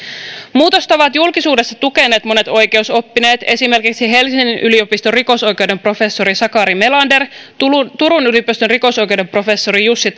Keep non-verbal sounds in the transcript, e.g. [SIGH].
muutosta ovat julkisuudessa tukeneet monet oikeusoppineet esimerkiksi helsingin yliopiston rikosoikeuden professori sakari melander turun turun yliopiston rikosoikeuden professori jussi [UNINTELLIGIBLE]